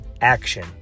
action